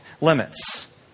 limits